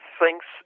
thinks